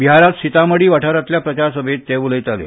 बिहारांत सीतामढी वाठारांतल्या प्रचारसभेंत ते उलयताले